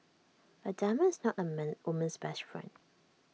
A diamond is not A man woman's best friend